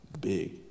big